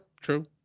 True